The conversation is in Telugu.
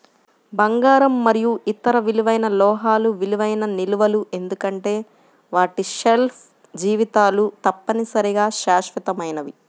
బంగారం మరియు ఇతర విలువైన లోహాలు విలువైన నిల్వలు ఎందుకంటే వాటి షెల్ఫ్ జీవితాలు తప్పనిసరిగా శాశ్వతమైనవి